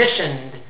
commissioned